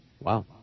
Wow